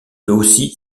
aussi